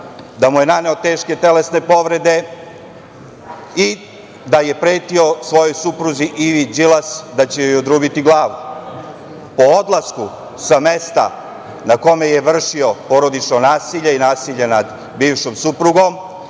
da mu je naneo teške telesne povrede i da je pretio svojoj supruzi Ivi Đilas da će joj odrubiti glavu. Po odlasku sa mesta na kome je vršio porodično nasilje i nasilje nad bivšom suprugom,